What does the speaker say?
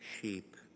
sheep